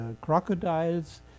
crocodiles